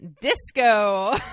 Disco